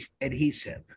adhesive